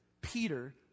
Peter